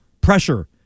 pressure